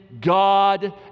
God